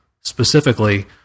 specifically